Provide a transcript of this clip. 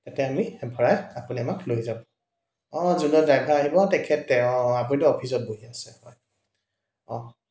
তাতে আমি ভৰাই আপুনি আমাক লৈ যাব অঁ যোনজন ড্ৰাইভাৰ আহিব তেখেতে অঁ অঁ আপুনিটো অফিচত বহি আছে হয় অঁ